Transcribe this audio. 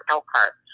Elkhart